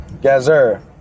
Gazer